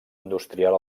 industrial